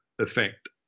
effect